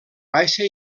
baixa